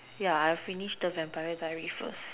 yeah I will finish the Vampire diaries first